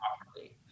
properly